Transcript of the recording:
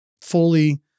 fully